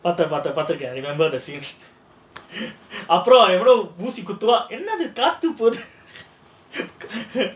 பார்த்தேன் பார்த்தேன் பார்த்துருக்கேன் இது வந்து:paarthaen paarthaen paarthurukkaen idhu vandhu the scenes அப்புறம் எவனோ ஊசி குத்துவான் என்னது காத்து போகுது:appuram evano oosi kuthuvaan ennathu kaathu poguthu